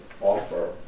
offer